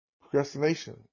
procrastination